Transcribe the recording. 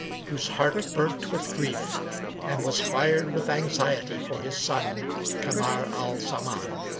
whose heart burnt with grief and was fired with anxiety for his son kamar al-zaman